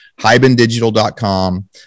hybendigital.com